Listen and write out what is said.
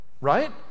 right